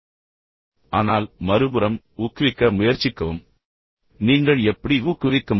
சொற்களற்ற தொடர்பை நீங்கள் தலையாட்டுவதன் மூலம் மிகவும் சக்திவாய்ந்த முறையில் ஊக்குவிக்க முடியும்